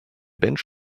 bench